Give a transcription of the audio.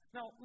Now